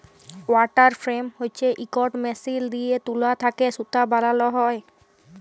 water frame হছে ইকট machine দিঁয়ে তুলা থ্যাকে সুতা বালাল হ্যয়